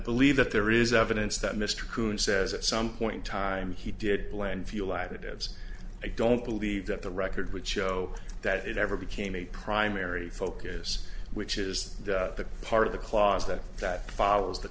believe that there is evidence that mr coon says something in time he did blend fuel additives i don't believe that the record would show that it ever became a primary focus which is the part of the clause that that follows the